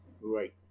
Right